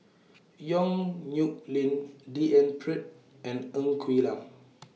Yong Nyuk Lin D N Pritt and Ng Quee Lam